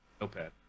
Notepad